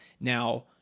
Now